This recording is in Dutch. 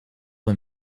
een